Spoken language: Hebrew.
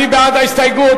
מי בעד ההסתייגות?